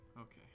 Okay